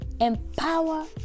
empower